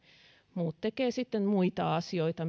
muut tekevät sitten muita asioita